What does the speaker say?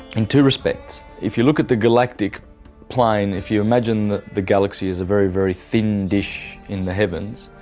in two respects, if you look at the galactic plane, if you imagine that the galaxy is a very very thin dish in the heavens.